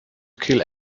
kill